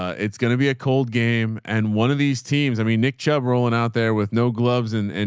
it's going to be a cold game. and one of these teams, i mean, nick chubb rolling out there with no gloves and and,